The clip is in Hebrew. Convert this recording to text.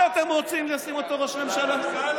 את זה אתם רוצים לשים ראש ממשלה?